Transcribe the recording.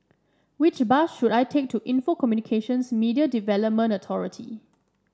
which bus should I take to Info Communications Media Development Authority